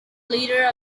leader